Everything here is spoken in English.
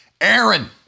Aaron